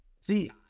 See